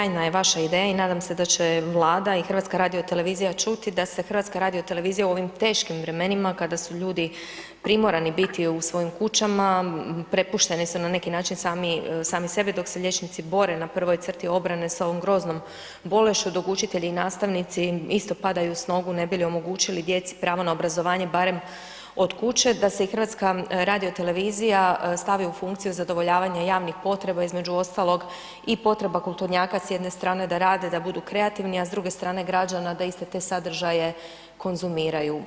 Sjajna je vaša ideja i nadam se da će Vlada i HRT čuti da se HRT u ovim teškim vremenima kada su ljudi primorani biti u svojim kućama, prepušteni su na neki način sami sebi dok se liječnici bore na prvoj crti obrane sa ovom groznom bolešću dok učitelji i nastavnici isto padaju s nogu ne bi li omogućili djeci pravo na obrazovanje barem od kuće, da se HRT stavi u funkciju zadovoljavanja javnih potreba između ostalog i potreba kulturnjaka s jedne strane, da rade, da budu kreativni, a s druge strane građana da iste te sadržaje konzumiraju.